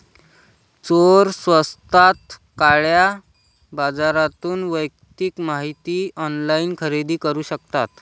चोर स्वस्तात काळ्या बाजारातून वैयक्तिक माहिती ऑनलाइन खरेदी करू शकतात